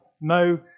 No